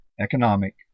economic